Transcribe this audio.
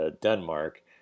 Denmark